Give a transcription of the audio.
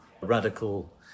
radical